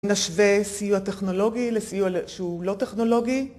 נשווה סיוע טכנולוגי לסיוע שהוא לא טכנולוגי.